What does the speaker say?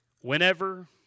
Whenever